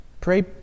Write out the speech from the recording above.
Pray